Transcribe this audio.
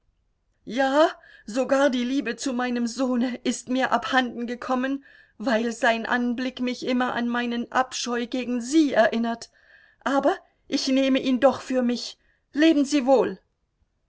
ja sogar die liebe zu meinem sohne ist mir abhanden gekommen weil sein anblick mich immer an meinen abscheu gegen sie erinnert aber ich nehme ihn doch für mich leben sie wohl